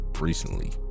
recently